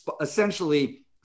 essentially